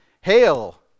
Hail